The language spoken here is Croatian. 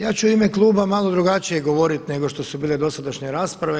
Ja ću u ime kluba malo drugačije govoriti nego što su bile dosadašnje rasprave.